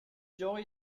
joy